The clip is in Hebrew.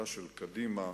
קדימה,